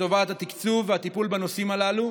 לטובת התקצוב, והטיפול בנושאים הללו.